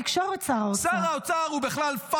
אבל שר האוצר הוציא הודעה לתקשורת.